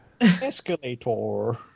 escalator